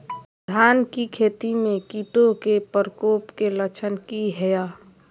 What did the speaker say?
धान की खेती में कीटों के प्रकोप के लक्षण कि हैय?